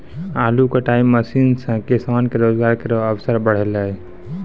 आलू कटाई मसीन सें किसान के रोजगार केरो अवसर बढ़लै